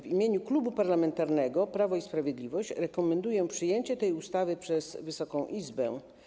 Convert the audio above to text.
W imieniu Klubu Parlamentarnego Prawo i Sprawiedliwość rekomenduję przyjęcie tej ustawy przez Wysoką Izbę.